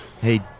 hey